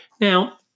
Now